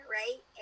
right